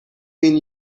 been